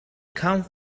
count